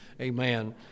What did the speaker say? Amen